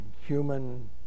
human